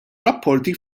rapporti